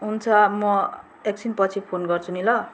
हुन्छ म एकछिन पछि फोन गर्छु नि ल